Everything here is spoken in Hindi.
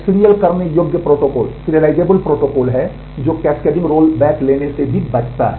सख्त है जो कैस्केडिंग रोलबैक लेने से भी बचता है